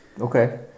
Okay